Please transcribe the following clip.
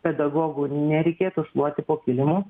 pedagogų nereikėtų šluoti po kilimu